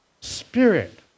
spirit